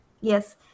Yes